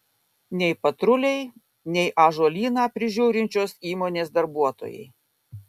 nei patruliai nei ąžuolyną prižiūrinčios įmonės darbuotojai